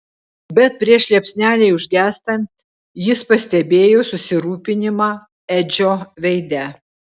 bet prieš liepsnelei užgęstant jis pastebėjo susirūpinimą edžio veide